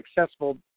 successful